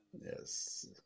yes